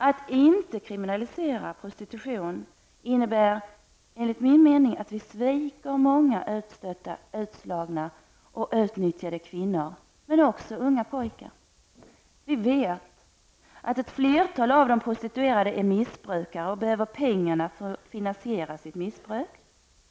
Att inte kriminalisera prostitution innebär enligt min mening att vi sviker många utstötta, utslagna och utnyttjade kvinnor, men också unga pojkar. Vi vet att ett flertal av de prostituerade är missbrukare och behöver pengarna för att finansiera sitt missbruk.